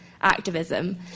activism